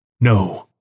No